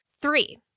Three